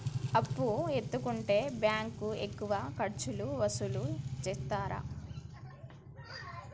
అప్పు ఎత్తుకుంటే బ్యాంకు ఎక్కువ ఖర్చులు వసూలు చేత్తదా?